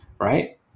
right